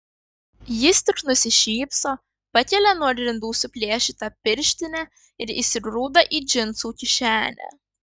jis tik nusišypso pakelia nuo grindų suplėšytą pirštinę ir įsigrūda į džinsų kišenę